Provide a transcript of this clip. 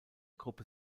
gruppe